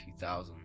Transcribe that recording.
2000